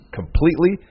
completely